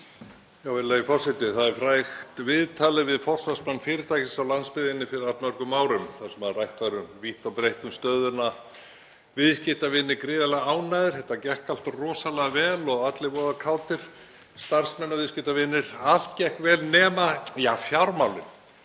Virðulegi forseti. Það er frægt viðtalið við forsvarsmenn fyrirtækis á landsbyggðinni fyrir allmörgum árum þar sem rætt var vítt og breitt um stöðuna; viðskiptavinir gríðarlega ánægðir, þetta gekk allt rosalega vel og allir voða kátir, starfsmenn og viðskiptavinir, allt gekk vel — nema ja, fjármálin,